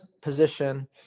position